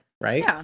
right